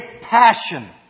passion